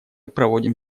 проводим